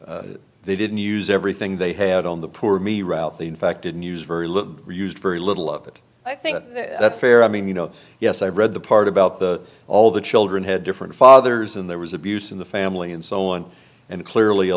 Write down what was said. go they didn't use everything they had on the poor me route the infected news very little used very little of it i think that's fair i mean you know yes i read the part about the all the children had different fathers and there was abuse in the family and so on and clearly a